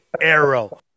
arrow